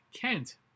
Kent